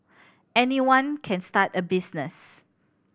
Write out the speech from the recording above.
anyone can start a business